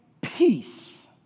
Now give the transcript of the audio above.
peace